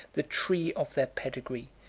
the tree of their pedigree,